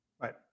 Right